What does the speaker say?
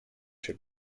się